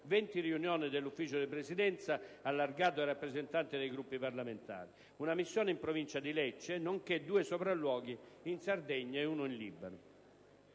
20 riunioni dell'ufficio di Presidenza (allargato ai rappresentanti dei Gruppi parlamentari), una missione in provincia di Lecce, nonché due sopralluoghi in Sardegna e uno in Libano.